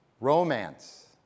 romance